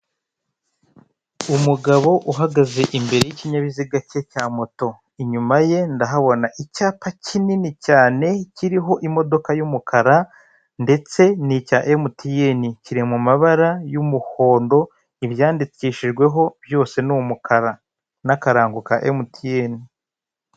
Umugabo uhagaze imbere y'ikinyabiziga cye cya moto, inyuma ye ndahabona icyapa kinini cyane kiriho imodoka nini y'umukara ndetse ni icya emutiyene kiri mu mabara y'umuhondo ibyandikishijweho byose ni umukara n'akarango ka emutiyene.